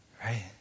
Right